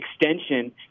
extension